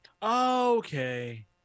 Okay